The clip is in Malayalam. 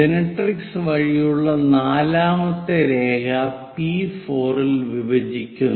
ജനറട്രിക്സ് വഴിയുള്ള നാലാമത്തെ രേഖ പി4 ൽ വിഭജിക്കുന്നു